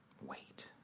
Wait